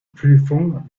prüfung